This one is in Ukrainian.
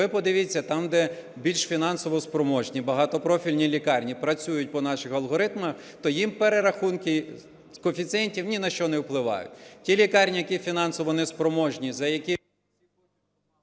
ви подивіться, там, де більш фінансово спроможні багатопрофільні лікарні працюють по наших алгоритмах, то їм перерахунки коефіцієнтів ні на що не впливають. Ті лікарні, які фінансово неспроможні, за які…